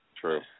true